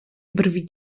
brwi